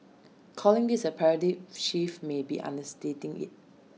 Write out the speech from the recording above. calling this A paradigm shift may be understating IT